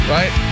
Right